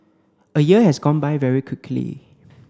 a year has gone by very quickly